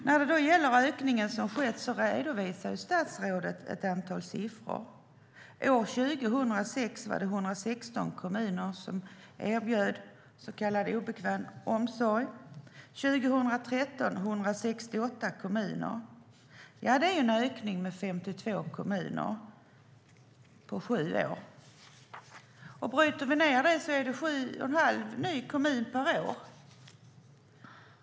När det gäller den ökning som har skett redovisar statsrådet ett antal siffror. År 2006 var det 116 kommuner som erbjöd omsorg på obekväm arbetstid. År 2013 var det 168 kommuner. Det är ju en ökning med 52 kommuner på sju år. Bryter vi ned det så är det sju och en halv kommun per år.